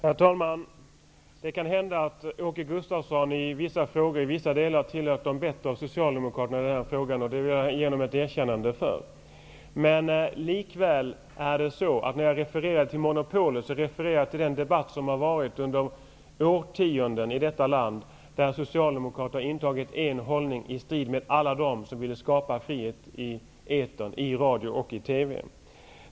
Herr talman! Det kan hända att Åke Gustavsson i vissa frågor och i vissa delar varit en av de bättre av socialdemokraterna i den här frågan, och för detta vill jag ge honom ett erkännande. Men när jag refererade till monopolet refererade jag till den debatt som förts i årtionden i detta land och där Socialdemokraterna intagit en hållning i strid med alla dem som ville skapa frihet i etern, i radio och i TV.